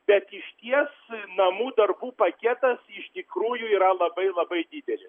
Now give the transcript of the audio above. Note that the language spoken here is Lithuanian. bet išties namų darbų paketas iš tikrųjų yra labai labai didelis